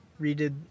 redid